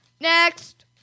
Next